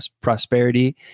prosperity